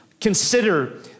consider